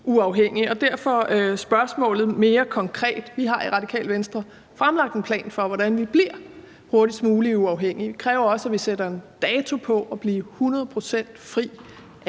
stille et konkret spørgsmål. Vi har i Radikale Venstre fremlagt en plan for, hvordan vi hurtigst muligt bliver uafhængige. Det kræver også, at vi sætter en dato på at blive 100 pct. fri af